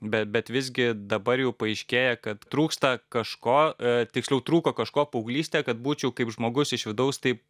bet bet visgi dabar jau paaiškėja kad trūksta kažko tiksliau trūko kažko paauglystėje kad būčiau kaip žmogus iš vidaus taip